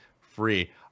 free